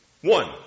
One